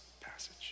passage